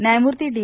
न्यायमूर्ती डी